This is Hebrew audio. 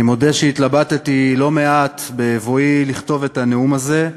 אני מודה שהתלבטתי לא מעט בבואי לכתוב את הנאום הזה.